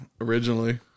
originally